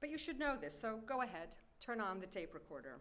but you should know this so go ahead turn on the tape recorder